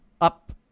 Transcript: up